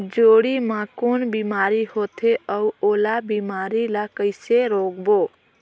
जोणी मा कौन बीमारी होथे अउ ओला बीमारी ला कइसे रोकबो?